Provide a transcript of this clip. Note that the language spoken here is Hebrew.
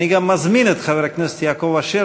אני גם מזמין את חבר הכנסת יעקב אשר